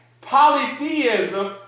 Polytheism